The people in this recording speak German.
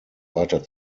weiter